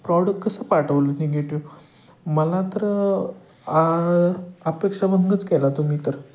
product कसं पाठवलं negative मला तर अपेक्षाभंगच केला तुम्ही तर